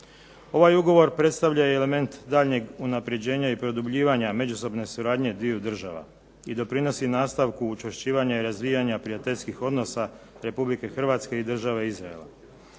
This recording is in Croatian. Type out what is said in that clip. Ovaj ugovor predstavlja i element daljnjeg unapređenja i produbljivanja međusobne suradnje dviju država i doprinosi nastavku učvršćivanja i razvijanja prijateljskih odnosa Republike Hrvatske i Države Izrael.